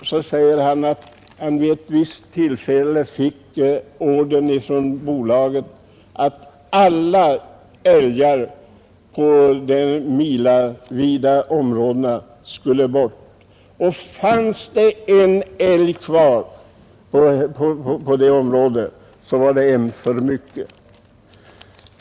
Han sade att han vid ett visst tillfälle fått order från ett bolag att alla älgar på de milsvida områdena skulle bort; fanns det en enda älg kvar där, så var det en för mycket.